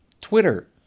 Twitter